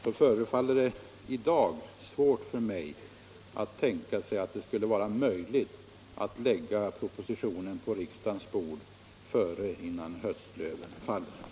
Det förefaller mig då i dag svårt att tro att det skulle vara möjligt att lägga propositionen på riksdagens bord innan höstlöven faller.